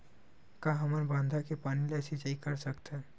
का हमन बांधा के पानी ले सिंचाई कर सकथन?